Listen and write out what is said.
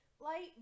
light